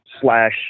slash